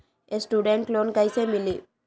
Student loan कैसे मिली?